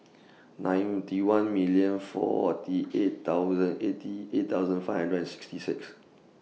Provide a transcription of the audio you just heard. ninety one million forty eight thousand eighty eight thousand five hundred and sixty six